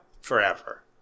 forever